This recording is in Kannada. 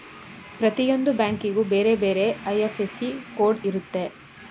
ಪ್ರತಿಯೊಂದು ಬ್ಯಾಂಕಿಗೂ ಬೇರೆ ಬೇರೆ ಐ.ಎಫ್.ಎಸ್.ಸಿ ಕೋಡ್ ಇರುತ್ತೆ